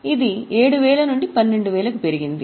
ఇవి 7000 నుండి 12000 కి పెరిగింది